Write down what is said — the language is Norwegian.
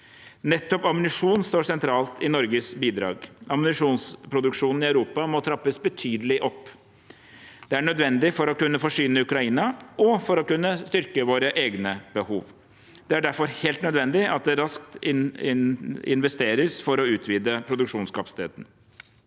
Nettopp ammunisjon står sentralt i Norges bidrag. Ammunisjonsproduksjonen i Europa må trappes betydelig opp. Det er nødvendig for å kunne forsyne Ukraina og for å sikre våre egne behov. Det er derfor helt nødvendig at det raskt investeres for å utvide produksjonskapasiteten.